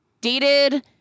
dated